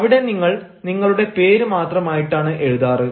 അവിടെ നിങ്ങൾ നിങ്ങളുടെ പേര് മാത്രമായിട്ടാണ് എഴുതാറ്